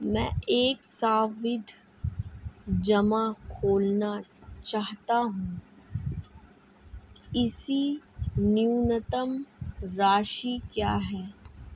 मैं एक सावधि जमा खोलना चाहता हूं इसकी न्यूनतम राशि क्या है?